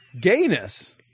gayness